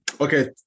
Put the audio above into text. Okay